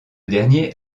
dernier